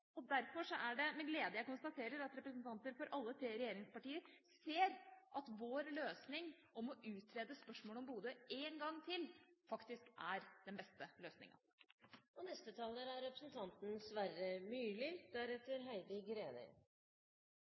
opplegg. Derfor er det med glede jeg konstaterer at representanter for alle tre regjeringspartier ser at vår løsning om å utrede spørsmålet om Bodø én gang til faktisk er den beste løsninga. Høyres nye vri er